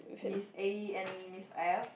Miss A and Miss F